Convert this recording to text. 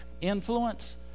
influence